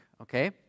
Okay